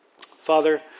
Father